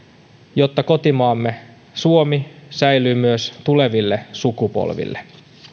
jotta kotimaamme suomi säilyy myös tuleville sukupolville